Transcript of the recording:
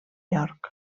york